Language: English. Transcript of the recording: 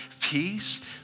peace